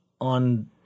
on